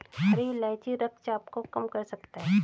हरी इलायची रक्तचाप को कम कर सकता है